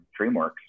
dreamworks